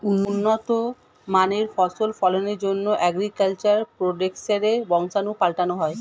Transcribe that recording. উন্নত মানের ফসল ফলনের জন্যে অ্যাগ্রিকালচার প্রোডাক্টসের বংশাণু পাল্টানো হয়